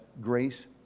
grace